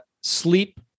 sleep